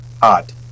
Hot